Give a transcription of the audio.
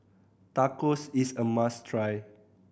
tacos is a must try